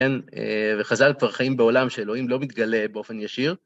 כן, וחז״ל כבר חיים בעולם שאלוהים לא מתגלה באופן ישיר.